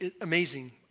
amazing